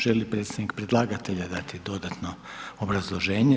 Želi li predstavnik predlagatelja dati dodatno obrazloženje?